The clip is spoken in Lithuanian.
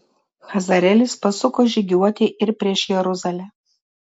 hazaelis pasuko žygiuoti ir prieš jeruzalę